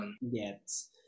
Yes